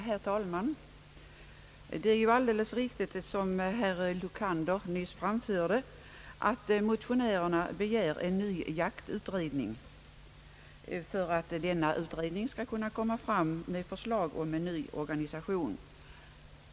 Herr talman! Det är ju alldeles riktigt som herr Lokander nyss sade, att motionärerna begär en ny jaktutredning för att denna skall kunna komma fram med förslag om en ny organisation.